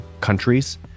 countries